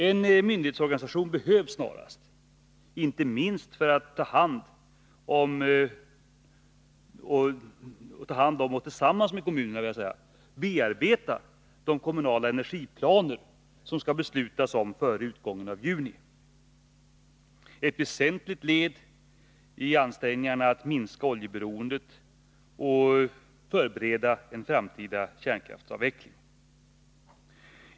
En myndighetsorganisation behövs snarast, inte minst för att ta hand om och tillsammans med kommunerna bearbeta de kommunala energiplaner som kommunerna skall fatta beslut om före utgången av juni. Den kommunala energiplaneringen ingår som ett väsentligt led i ansträngningarna att minska oljeberoendet och förbereda en framtida kärnkraftsavveckling.